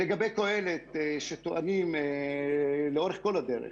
לגבי קהלת שטוענים לאורך כל הדרך,